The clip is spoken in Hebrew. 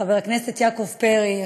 חבר הכנסת יעקב פרי,